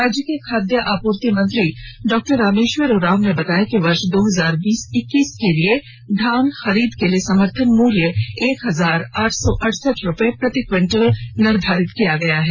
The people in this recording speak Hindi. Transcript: राज्य के खाद्य आपूर्ति मंत्री डॉ रामेश्वर उरांव ने बताया कि वर्ष दो हजार बीस इक्कीस के लिए धान खरीद के लिए समर्थन मूल्य एक हजार आठ सौ अड़सठ रुपये प्रति क्विटल निर्धारित किया गया है